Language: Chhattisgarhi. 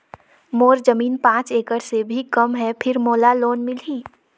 मोर जमीन पांच एकड़ से भी कम है फिर लोन मोला मिलही?